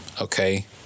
Okay